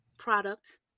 product